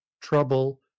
trouble